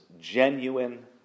genuine